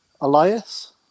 Elias